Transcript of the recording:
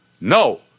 No